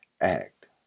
act